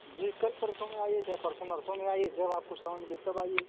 जी कल परसों में आइए चाहे परसों नरसों मे आइए जब आपको समय मिले तब आइए